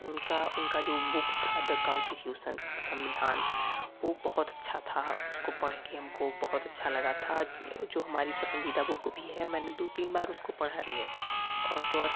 उनका उनका जो बुक था द कान्स्टिटूशनस संविधान वह बहुत अच्छा था उसको पढ़ कर हमको बहुत अच्छा लगा था जो हमारी पसंदीदा बुक भी है मैंने दो तीन बार उसको पढ़ा भी है और तो और